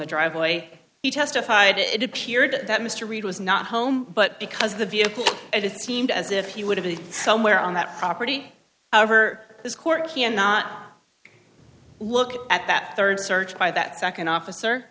the driveway he testified it appeared that mr reid was not home but because the vehicle and it seemed as if he would have been somewhere on that property over this court he had not look at that third search by that second officer